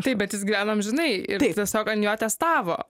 taip bet jis gyveno amžinai tiesiog ant jo testavo